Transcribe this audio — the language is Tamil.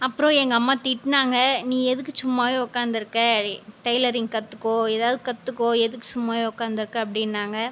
அப்புறம் எங்கள் அம்மா திட்டினாங்க நீ எதுக்கு சும்மாகவே உட்காந்திருக்க டெய்லரிங் கற்றுக்கோ எதாவது கற்றுக்கோ எதுக்கு சும்மாகவே உட்காந்திருக்க அப்படின்னாங்க